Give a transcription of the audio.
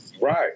Right